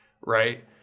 Right